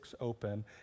open